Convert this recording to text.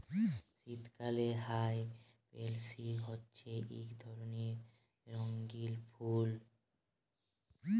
শীতকালে হ্যয় পেলসি হছে ইক ধরলের রঙ্গিল ফুল